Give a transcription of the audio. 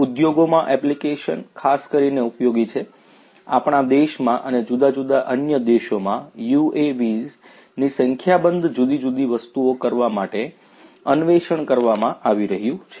ઉદ્યોગોમાં એપ્લિકેશન ખાસ કરીને ઉપયોગી છે આપણા દેશમાં અને જુદા જુદા અન્ય દેશોમાં UAVs ની સંખ્યાબંધ જુદી જુદી વસ્તુઓ કરવા માટે અન્વેષણ કરવામાં આવી રહ્યું છે